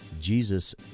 Jesus